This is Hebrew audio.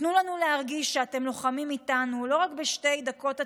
תנו לנו להרגיש שאתם לוחמים איתנו לא רק בשתי דקות הצפירה,